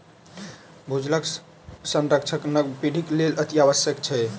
भूजलक संरक्षण नव पीढ़ीक लेल अतिआवश्यक छै